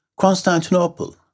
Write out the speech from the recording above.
Constantinople